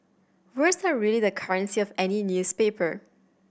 words are really the currency of any newspaper